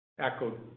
echoed